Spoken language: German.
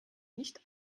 nicht